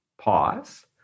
Pause